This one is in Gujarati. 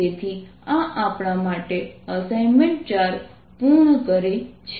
તેથી આ આપણા માટે એસાઈનમેન્ટ 4 પૂર્ણ કરે છે